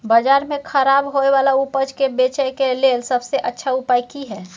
बाजार में खराब होय वाला उपज के बेचय के लेल सबसे अच्छा उपाय की हय?